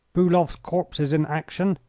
bulow's corps is in action,